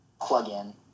plug-in